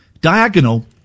Diagonal